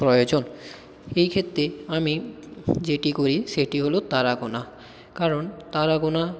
প্রয়োজন এইক্ষেত্তে আমি যেটি করি সেটি হলো তারা গোনা কারণ তারা গোনা